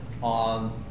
On